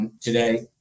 today